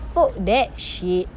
fuck that shit